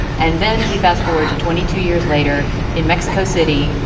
and then we fast forward to twenty two years later in mexico city.